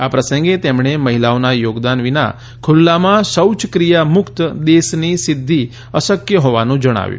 આ પ્રસંગે તેમણે મહિલાઓના થોગદાન વિના ખુલ્લામાં શૌયકીયા મુકત દેશની સિધ્યિ અશકય હોવાનું જણાવ્યું